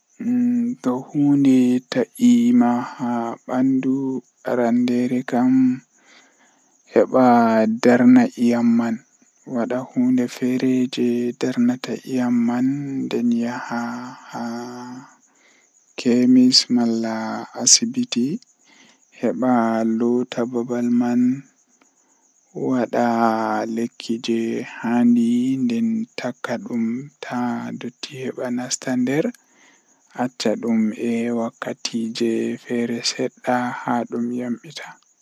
Kala nde weeti fuu mido yara ndiya liita tati kala nde weeti fuu midon yara lita tati so haa asaweere midon yara tati tati nde jweedidi to hawri pat wartan midon yara sappo e jwee sappo e didi sappo e jweetati.